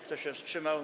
Kto się wstrzymał?